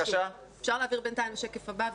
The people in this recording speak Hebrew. אפשר להעביר בינתיים לשקף הבא,